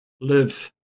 live